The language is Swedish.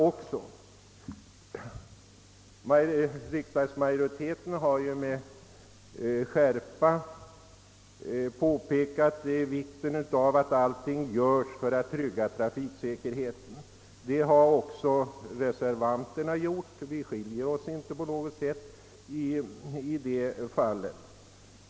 Utskottsmajoriteten har med skärpa framhållit vikten av att allt görs för att trygga trafiksäkerheten. Det har även reservanterna gjort. Vi skiljer oss alltså inte på något sätt i detta avseende.